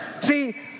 See